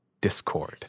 Discord